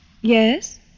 Yes